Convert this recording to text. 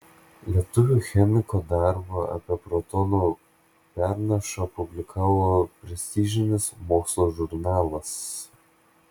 lietuvio chemiko darbą apie protonų pernašą publikavo prestižinis mokslo žurnalas